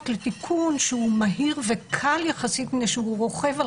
לתיקון שהוא מהיר וקל יחסית מפני שהוא רוכב על